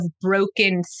broken